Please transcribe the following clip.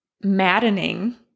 maddening